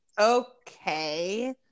okay